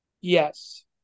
Yes